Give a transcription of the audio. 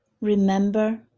remember